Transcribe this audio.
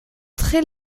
très